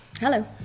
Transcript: Hello